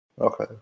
okay